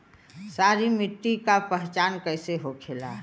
सारी मिट्टी का पहचान कैसे होखेला?